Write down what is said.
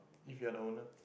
if you're the owner